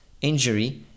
injury